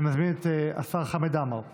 אני מזמין את השר חמד עמאר להשיב,